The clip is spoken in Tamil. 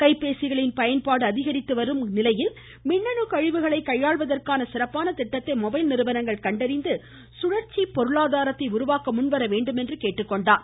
கைபேசிகளின் பயன்பாடு அதிகரித்து வரும் நிலையில் மின்னணு கழிவுகளை கையாள்வதற்கான சிறப்பான திட்டத்தை மொபைல் நிறுவனங்கள் கண்டறிந்து சுழற்சியான பொருளாதாரத்தை உருவாக்க முன்வர வேண்டும் என்று கேட்டுக்கொண்டார்